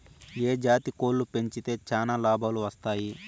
ఏ జాతి కోళ్లు పెంచితే చానా లాభాలు వస్తాయి?